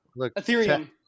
Ethereum